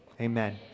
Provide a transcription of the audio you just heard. Amen